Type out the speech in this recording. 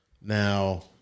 Now